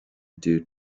due